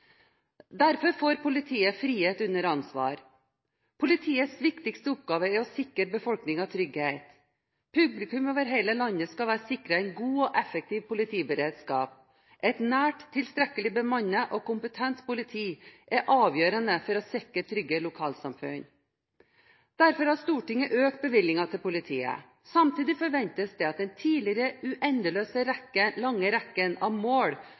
Derfor får politiet frihet under ansvar. Politiets viktigste oppgave er å sikre befolkningen trygghet. Publikum over hele landet skal være sikret en god og effektiv politiberedskap. Et nært, tilstrekkelig bemannet og kompetent politi er avgjørende for å sikre trygge lokalsamfunn. Derfor har Stortinget økt bevilgningen til politiet. Samtidig forventes det at den tidligere uendelig lange rekken av mål